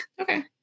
okay